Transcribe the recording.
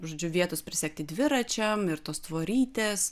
žodžiu vietos prisegti dviračiam ir tos tvorytės